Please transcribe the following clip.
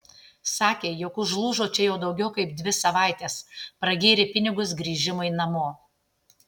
sakė jog užlūžo čia jau daugiau kaip dvi savaites pragėrė pinigus grįžimui namo